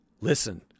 Listen